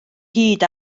hyd